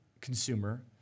consumer